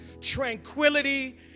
tranquility